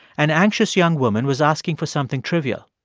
an anxious young woman was asking for something trivial.